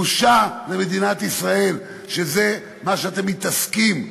בושה למדינת ישראל שזה מה שאתם מתעסקים.